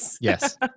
Yes